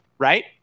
right